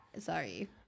Sorry